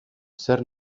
zer